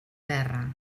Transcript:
terra